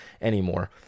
anymore